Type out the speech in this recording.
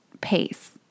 pace